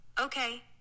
Okay